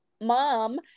mom